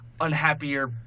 unhappier